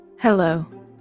Hello